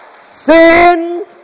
Sin